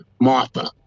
Martha